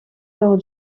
lors